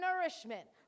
nourishment